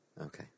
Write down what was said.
Okay